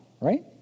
right